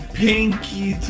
pinky